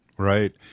Right